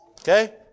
okay